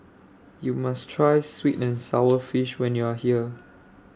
YOU must Try Sweet and Sour Fish when YOU Are here